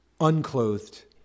unclothed